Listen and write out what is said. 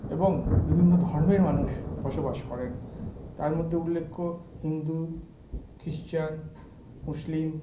এবং বিভিন্ন ধর্মের মানুষ বসবাস করেন তার মধ্যে উল্লেখ্য হিন্দু খ্রিস্টান মুসলিম